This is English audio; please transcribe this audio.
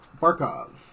Barkov